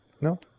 no